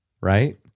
right